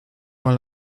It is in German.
mal